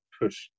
push